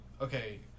Okay